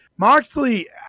moxley